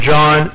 John